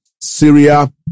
Syria